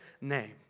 name